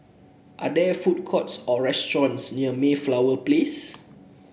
are there food courts or restaurants near Mayflower Place